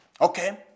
Okay